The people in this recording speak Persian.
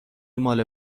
ماله